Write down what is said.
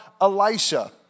Elisha